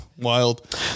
wild